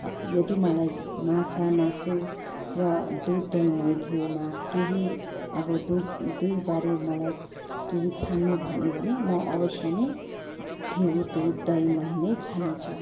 यदि मलाई माछा मासु र दुध दही मही घिउमा केही अब दुई दुईबारे मलाई केही छान्नु भन्यो भने म अवश्य नै घिउ दुध दही मही नै छान्नेछु